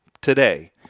today